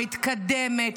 מתקדמת,